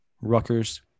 Rutgers